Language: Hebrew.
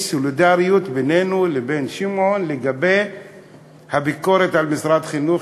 יש סולידריות בינינו לבין שמעון לגבי הביקורת על משרד החינוך,